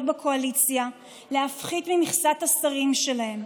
בקואליציה להפחית ממכסת השרים שלהם.